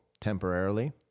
temporarily